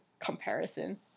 comparison